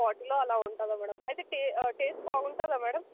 వాటిలో అలా ఉంటుందా మ్యాడమ్ అయితే టే టేస్ట్ బాగుంటుందా మ్యాడమ్